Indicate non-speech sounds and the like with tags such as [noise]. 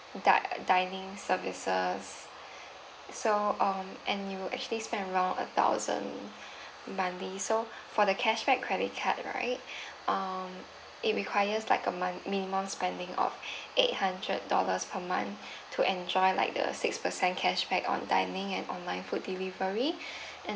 di~ dining services so um and you actually spend around a thousand monthly so for the cashback credit card right [breath] um it requires like a month minimum spending of eight hundred dollars per month to enjoy like the six percent cashback on dining and online food delivery [breath] and